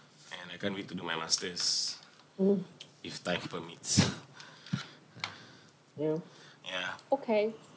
and I can't wait to do my masters if time permits yeah